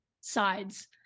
sides